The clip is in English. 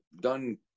done